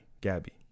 Gabby